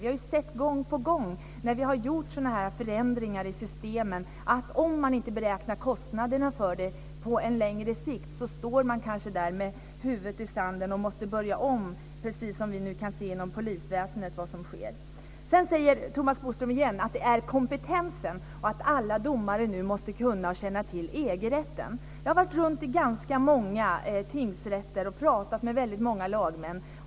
Vi har sett gång på gång när vi har gjort sådana här förändringar i systemen att om man inte beräknar kostnaderna på längre sikt står man kanske där med huvudet i sanden och måste börja om, precis som vi kan se sker inom polisväsendet. Sedan säger Thomas Bodström igen att det handlar om kompetensen och att alla domare nu måste känna till och kunna EG-rätten. Jag har varit runt till ganska många tingsrätter och pratat med väldigt många lagmän.